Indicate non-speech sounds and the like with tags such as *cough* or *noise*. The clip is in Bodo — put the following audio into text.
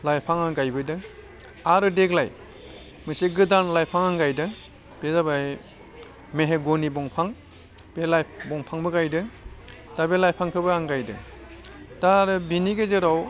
लाइफां आं गायबोदों आरो देग्लाय मोनसे गोदान लाइफां आं गायदों बे जाबाय मेहेग'नि दंफां *unintelligible* दंफांबो गायदों दा बे लाइफांखौबो आं गायदों दा आरो बेनि गेजेराव